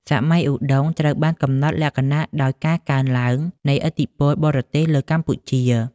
សម័យឧដុង្គត្រូវបានកំណត់លក្ខណៈដោយការកើនឡើងនៃឥទ្ធិពលបរទេសលើកម្ពុជា។